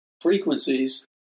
frequencies